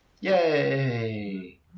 Yay